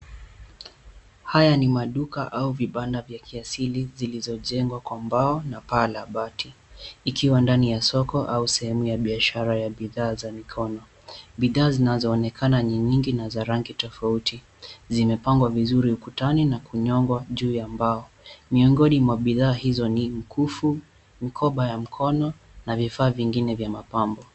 Haya ni maduka au vibanda vya kiasili zilizojengwa kwa mbao na paa la bati ikiwa ndani ya soko au sehemu ya biashara ya bidhaa za mikono. Bidhaa zinazoonekana ni nyingi na za rangi tofauti, zimepangwa vizuri ukutani na kunyongwa juu ya mbao. Miongoni mwa bidhaa hizo ni mikufu, mkoba ya mkono na vifaa vingine vya mapambo.